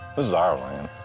this is our land,